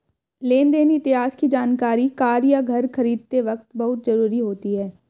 लेन देन इतिहास की जानकरी कार या घर खरीदते वक़्त बहुत जरुरी होती है